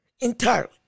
Entirely